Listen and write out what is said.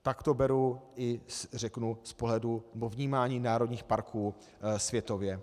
Tak to beru i řeknu z pohledu vnímání národních parků světově.